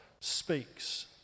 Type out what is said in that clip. speaks